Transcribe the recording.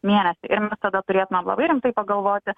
mėnesį ir mes tad turėtumėm labai rimtai pagalvoti